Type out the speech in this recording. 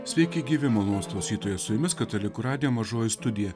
sveiki gyvi malonūs klausytojai su jumis katalikų radijo mažoji studija